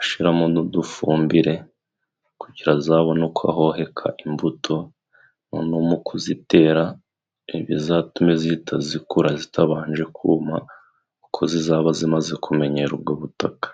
ashiramo n'udufumbire kugira azabone uko ahoheka imbuto, noneho mu kuzitera ntibizatume zihita zikura zitabanje kuma kuko zizaba zimaze kumenyera ubwo butaka.